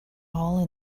all